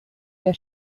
der